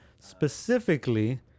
specifically